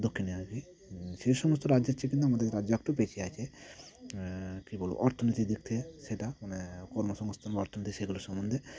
দক্ষিণে আর কি সেই সমস্ত রাজ্যের চেয়ে কিন্তু আমাদের রাজ্যে একটু পেশি আছে কী বলব অর্থনীতির দিক থেকে সেটা মানে কর্মসংস্থান বা অর্থনীতি সেগুলোর সম্বন্ধে